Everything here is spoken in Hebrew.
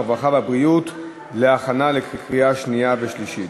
הרווחה והבריאות להכנה לקריאה שנייה ושלישית.